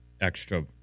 extra